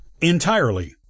entirely